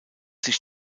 sich